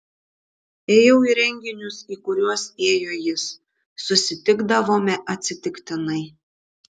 ėjau į renginius į kuriuos ėjo jis susitikdavome atsitiktinai